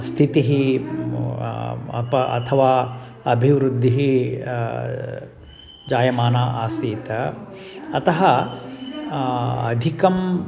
स्थितिः अपि अथवा अभिवृद्धिः जायमाना आसीत् अतः अधिकम्